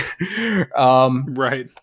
Right